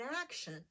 action